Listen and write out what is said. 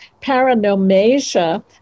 paranomasia